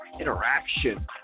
interaction